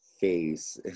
face